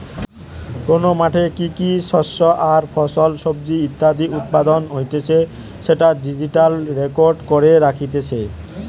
কোন মাঠে কি কি শস্য আর ফল, সবজি ইত্যাদি উৎপাদন হতিছে সেটা ডিজিটালি রেকর্ড করে রাখতিছে